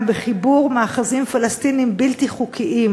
בחיבור מאחזים פלסטיניים בלתי חוקיים